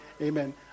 Amen